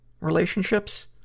relationships